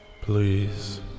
please